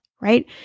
right